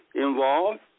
involved